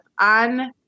on